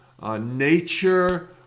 Nature